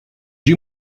you